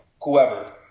whoever